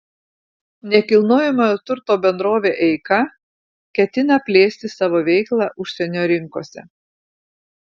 nekilnojamojo turto bendrovė eika ketina plėsti savo veiklą užsienio rinkose